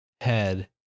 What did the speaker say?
head